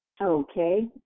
Okay